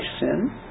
sin